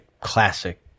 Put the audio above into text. classic